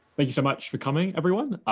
thank you so much for coming, everyone.